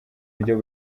buryo